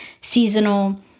seasonal